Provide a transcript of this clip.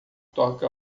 toca